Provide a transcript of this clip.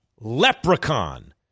leprechaun